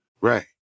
Right